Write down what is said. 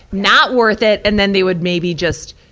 not worth it, and then they would maybe just,